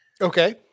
Okay